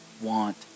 want